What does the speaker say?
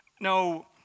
no